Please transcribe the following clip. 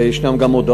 ויש גם הודאות.